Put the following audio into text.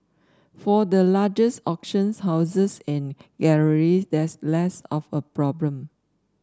for the largest auction houses and galleries that's less of a problem